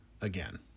again